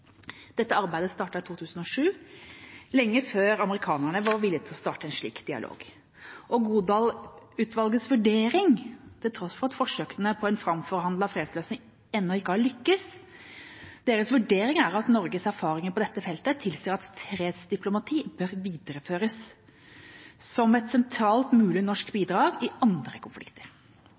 Dette arbeidet startet i 2007, lenge før amerikanerne var villig til å starte en slik dialog. Godal-utvalgets vurdering, til tross for at forsøkene på en framforhandlet fredsløsning ennå ikke har lykkes, er at Norges erfaringer på dette feltet tilsier at fredsdiplomati bør videreføres som et sentralt mulig norsk bidrag i andre konflikter.